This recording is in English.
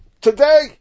Today